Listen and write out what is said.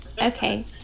okay